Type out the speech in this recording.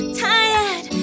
tired